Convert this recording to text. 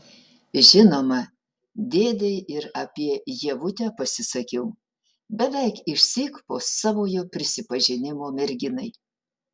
žinoma dėdei ir apie ievutę pasisakiau beveik išsyk po savojo prisipažinimo merginai